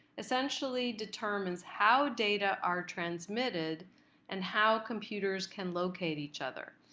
essentially determines how data are transmitted and how computers can locate each other.